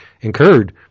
incurred